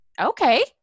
okay